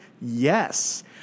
Yes